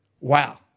Wow